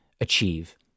achieve